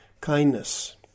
kindness